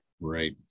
Right